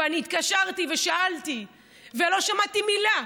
ואני התקשרתי ושאלתי ולא שמעתי מילה.